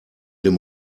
dem